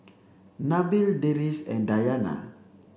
Nabil Deris and Dayana